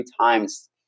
times